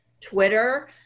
Twitter